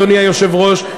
אדוני היושב-ראש,